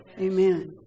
amen